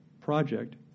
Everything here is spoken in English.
project